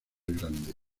grande